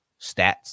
stats